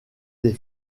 des